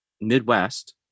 Midwest